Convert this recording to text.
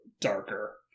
darker